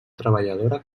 treballadora